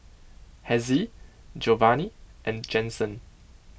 Hezzie Giovanni and Jensen